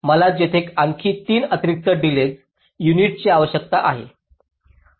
मला येथे आणखी 3 अतिरिक्त डिलेज युनिट्सची आवश्यकता आहे